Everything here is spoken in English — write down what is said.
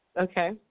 Okay